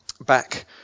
back